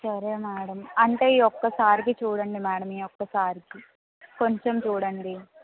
సరే మేడం అంటే ఈ ఒక్కసారికి చూడండి మేడం ఈ ఒక్కసారికి కొంచెం చూడండి